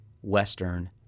Western